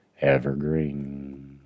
Evergreen